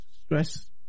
stress